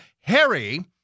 Harry